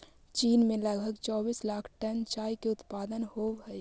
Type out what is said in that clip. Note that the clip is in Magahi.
चीन में लगभग चौबीस लाख टन चाय के उत्पादन होवऽ हइ